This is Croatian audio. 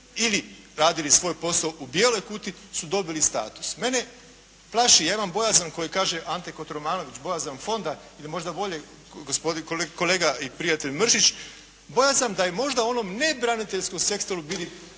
ili radili svoj posao u bijeloj kuti su dobili status. Mene plaši, ja imam bojazan koji kaže Ante Kotromanović bojazan fonda ili možda bolje kolega i prijatelj Mršić, bojazan da je možda onom nebraniteljskom sektoru bili